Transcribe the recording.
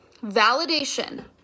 validation